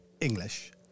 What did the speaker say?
English